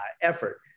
effort